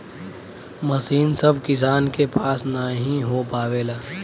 मसीन सभ किसान के पास नही हो पावेला